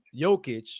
Jokic